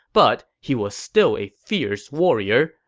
but he was still a fierce warrior,